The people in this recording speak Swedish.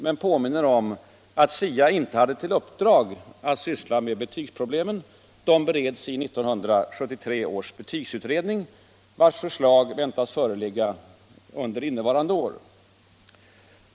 — men påminner om att SIA inte hade till uppdrag att syssla med be = Skolans inre arbete tygsproblemen; de bereds i 1973 års betygsutredning, vars förslag väntas — mm.m. föreligga under innevarande år.